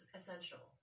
essential